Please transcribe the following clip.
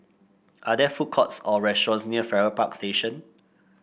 are there food courts or restaurants near Farrer Park Station